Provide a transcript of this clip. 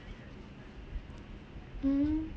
mmhmm